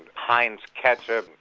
pine's ketchup,